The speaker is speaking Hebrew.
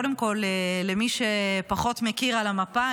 למי שפחות מכיר על המפה,